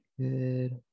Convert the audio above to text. good